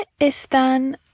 están